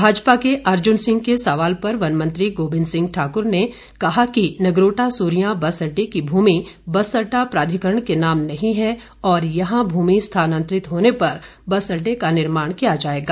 भाजपा के ॅअर्जुन सिंह के सवाल पर वनमंत्री गोविंद ठाक्र ने कहा कि नगरोटा सुरियां बस अड़डे की भूमि बस अड़डा प्राधिकरण के नाम नहीं है और यहां भूमि स्थानांतरित होने पर बस अडडे का निर्माण किया जाएगा